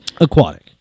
aquatic